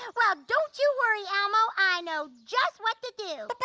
ah well don't you worry elmo, i know just what to do. but, but,